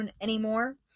anymore